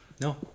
No